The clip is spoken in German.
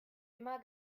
immer